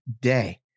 day